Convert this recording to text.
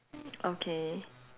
okay